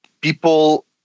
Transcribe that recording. people